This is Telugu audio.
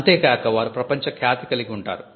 అంతే కాక వారు ప్రపంచ ఖ్యాతి కలిగి ఉంటారు